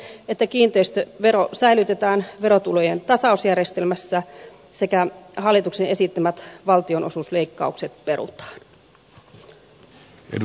haluamme että kiinteistövero säilytetään verotulojen tasausjärjestelmässä ja hallituksen esittämät valtionosuusleikkaukset perutaan